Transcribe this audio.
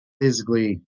physically